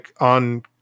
on